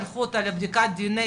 שלחו אותה לבדיקת דנ”א,